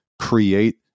create